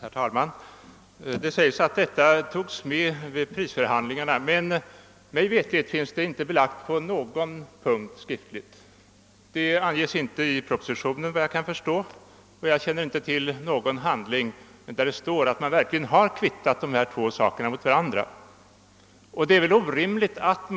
Herr talman! Det sägs att denna sak togs med i prisförhandlingarna, men mig veterligt finns detta inte skriftligen belagt på någon punkt. Det anges inte i propositionen, såvitt jag förstår, och jag känner inte till någon handling där det står att man verkligen har kvittat dessa två saker mot varandra. Och det hade väl varit orimligt att